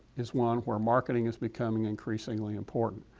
is one where marketing is becoming increasingly important,